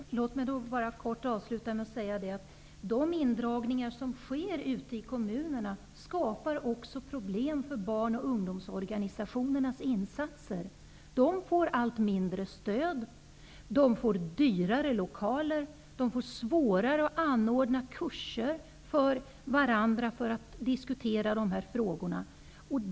Herr talman! Låt mig kortfattat avsluta med att säga att de indragningar som sker ute i kommunerna skapar problem också för barn och ungdomsorganisationernas insatser. De får allt mindre stöd. Deras lokaler blir dyrare. De får svårare att anordna kurser för varandra för att diskutera dessa frågor.